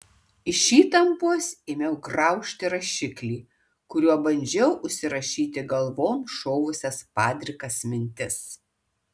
iš įtampos ėmiau graužti rašiklį kuriuo bandžiau užsirašyti galvon šovusias padrikas mintis